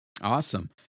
Awesome